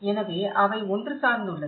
எனவே அவை ஒன்று சார்ந்துள்ளது